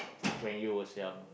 when you was young